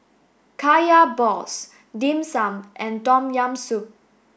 Kaya Balls Dim Sum and Tom Yam Soup